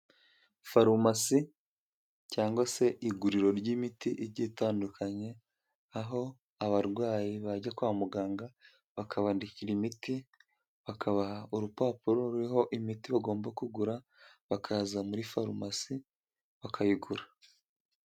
Farumasi cyangwa se iguriro ry'imiti igiye itandukanye, aho abarwayi bajya kwa muganga bakabandikira imiti bakabaha urupapuro ruriho imiti bagomba kugura, bakaza muri farumasi bakayigura.